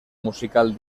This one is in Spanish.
musical